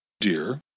dear